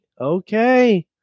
Okay